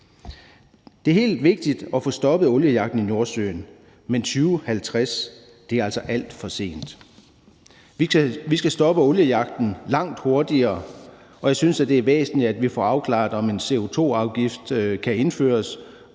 Det er helt vigtigt at få stoppet oliejagten i Nordsøen, men 2050 er altså alt for sent. Vi skal stoppe oliejagten langt hurtigere, og jeg synes, at det er væsentligt, at vi får afklaret, om en CO2-afgift kan indføres